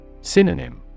Synonym